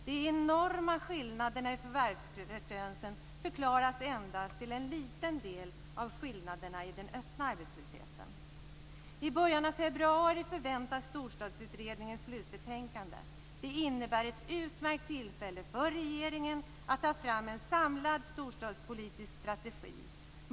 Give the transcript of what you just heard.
De enorma skillnaderna i förvärvsfrekvens förklaras endast till en liten del av skillnaderna i den öppna arbetslösheten. I början av februari förväntas Storstadsutredningens slutbetänkande. Det innebär ett utmärkt tillfälle för regeringen att ta fram en samlad storstadspolitisk strategi.